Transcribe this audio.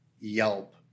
Yelp